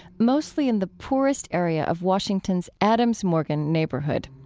mostly in the poorest area of washington's adams morgan neighborhood.